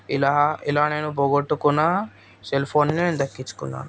ఇలా ఇలా నేను పోగొట్టుకున్న సెల్ఫోన్ని నేను దక్కించుకున్నాను